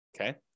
Okay